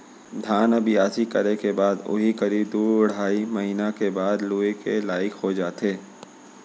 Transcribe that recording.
धान ह बियासी करे के बाद उही करीब दू अढ़ाई महिना के बाद लुए के लाइक हो जाथे